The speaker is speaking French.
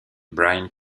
brian